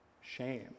shame